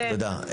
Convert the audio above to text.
תודה.